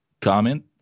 comment